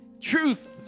truth